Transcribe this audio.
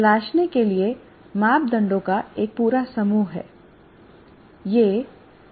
तलाशने के लिए मापदंडों का एक पूरा समूह है